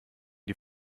die